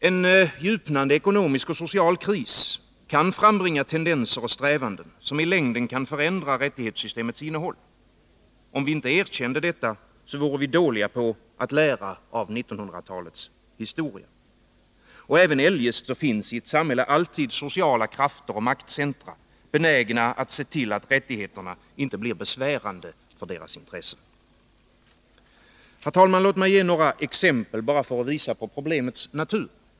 En djupnande ekonomisk och social kris frambringar tendenser och strävanden, som i längden kan förändra rättighetssystemets innehåll — om vi inte erkände detta, vore vi dåliga på att lära av 1900-talets historia. Och även eljest finns i ett samhälle alltid sociala krafter och maktcentra, benägna att se till att rättigheterna inte blir besvärande för deras intressen. Fru talman! Låt mig ge några exempel, för att visa på problemets natur.